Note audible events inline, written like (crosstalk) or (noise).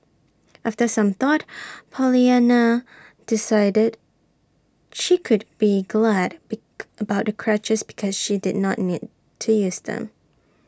after some thought Pollyanna decided she could be go Ad be (unintelligible) about the crutches because she did not need to use them